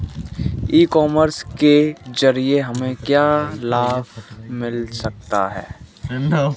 ई commerce के ज़रिए हमें क्या क्या लाभ मिल सकता है?